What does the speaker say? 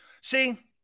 See